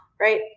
right